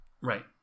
Right